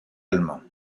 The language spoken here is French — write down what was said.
allemand